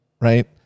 Right